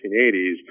1980s